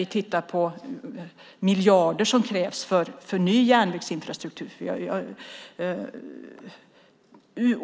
Vi ser att det krävs miljarder till en ny järnvägsinfrastruktur.